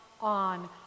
on